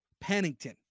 Pennington